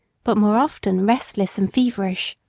but more often restless and feverish.